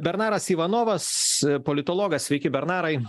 bernaras ivanovas politologas sveiki bernarai